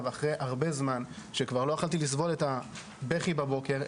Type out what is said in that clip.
אחרי הרבה זמן שכבר לא יכולתי לסבול את הבכי בבוקר,